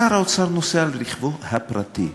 שר האוצר נוסע עם רכבו הפרטי,